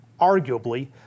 arguably